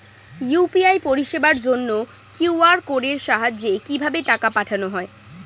UPI পরিষেবার জন্য QR কোডের সাহায্যে কিভাবে টাকা পাঠানো হয়?